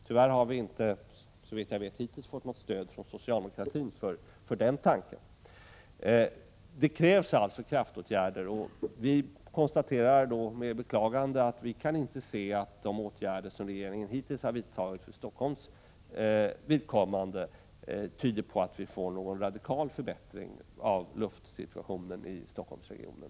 Tyvärr har vi i centern hittills inte fått något stöd från socialdemokratin för den tanken. Det krävs alltså kraftåtgärder. Jag konstaterar då med beklagande att de åtgärder som regeringen hittills har vidtagit för Stockholms vidkommande inte tyder på att det blir någon radikal förbättring av luftsituationen i Stockholmsregionen.